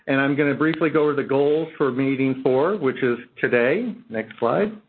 and i'm going to briefly go over the goals for meeting four, which is today. next slide.